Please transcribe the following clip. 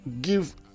give